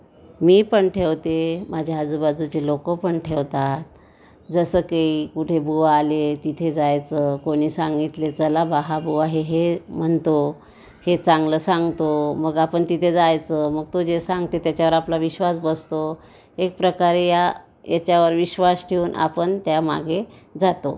मी पण ठेवते माझ्या आजूबाजूची लोकं पण ठेवतात जसं की कुठे बुवा आले तिथे जायचं कोणी सांगितली चला बा हा बुवा हे हे म्हणतो हे चांगलं सांगतो मग आपण तिथे जायचं मग तो जे सांगते त्याच्यावर आपला विश्वास बसतो एक प्रकारे या याच्यावर विश्वास ठेवून आपण त्यामागे जातो